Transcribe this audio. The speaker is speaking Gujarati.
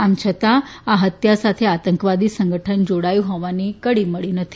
આમ છતાં આ હત્યા સાથે આતંકવાદી સંગઠન જોડાયું હોવાની કડી મળી નથી